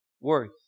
worth